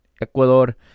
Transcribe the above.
Ecuador